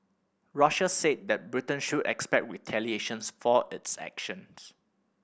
Russia said that Britain should expect retaliations for its actions